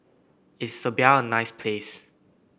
is Serbia a nice place